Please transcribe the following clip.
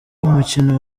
umukino